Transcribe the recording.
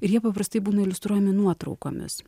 ir jie paprastai būna iliustruojami nuotraukomis